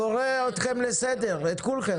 אני קורא אתכם לסדר, את כולכם.